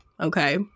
okay